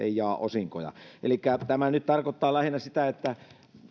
ei jaa omistajilleen osinkoja elikkä tämä nyt tarkoittaa lähinnä sitä että